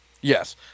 Yes